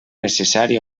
necessari